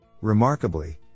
Remarkably